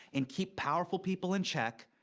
and keep powerful people in check,